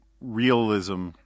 realism